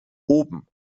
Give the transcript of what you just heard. oben